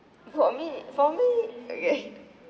for me for me okay